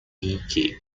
cape